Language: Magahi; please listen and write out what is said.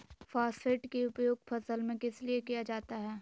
फॉस्फेट की उपयोग फसल में किस लिए किया जाता है?